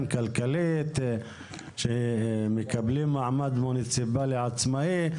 כלכלית כשמקבלים מעמד מוניציפאלי עצמאי,